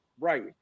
Right